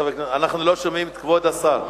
אנחנו לא שומעים את כבוד השר.